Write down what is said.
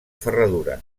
ferradura